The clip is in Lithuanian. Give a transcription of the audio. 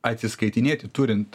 atsiskaitinėti turint